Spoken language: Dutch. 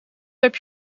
heb